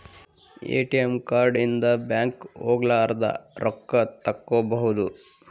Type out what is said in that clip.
ATM card ಇಂದ bank ಹೋಗಲಾರದ ರೊಕ್ಕ ತಕ್ಕ್ಕೊಬೊದು